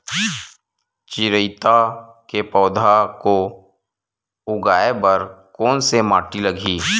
चिरैता के पौधा को उगाए बर कोन से माटी लगही?